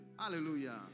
Hallelujah